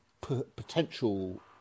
potential